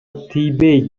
тийбей